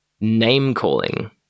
name-calling